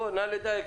נא לדייק,